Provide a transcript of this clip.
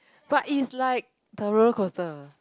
but it's like the roller coaster